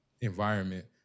environment